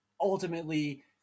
ultimately